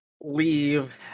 leave